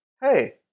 hey